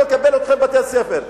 לקבל אתכם בבתי-ספר,